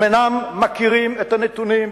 הם אינם מכירים את הנתונים,